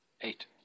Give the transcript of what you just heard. Eight